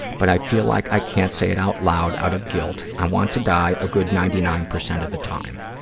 but i feel like i can't say it out loud out of guilt. i want to die a good ninety nine percent of the time.